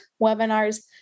webinars